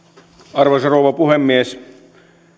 arvoisa rouva puhemies